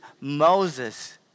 Moses